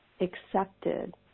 accepted